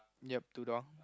yup two door